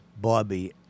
Bobby